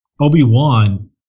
Obi-Wan